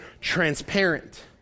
transparent